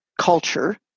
culture